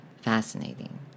fascinating